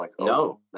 No